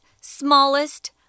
smallest